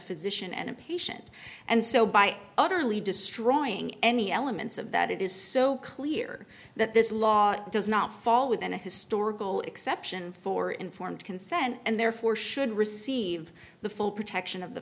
physician and a patient and so by utterly destroying any elements of that it is so clear that this law does not fall within a historical exception for informed consent and therefore should receive the full protection of the